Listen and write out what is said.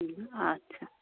হুম আচ্ছা